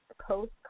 post